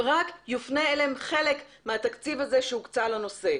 אם רק יופנה אליהם חלק מהתקציב הזה שהוקצה אל הנושא.